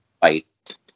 fight